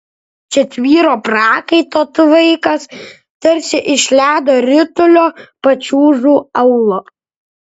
čia tvyro prakaito tvaikas tarsi iš ledo ritulio pačiūžų aulo